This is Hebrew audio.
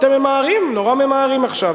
אתם ממהרים, נורא ממהרים עכשיו.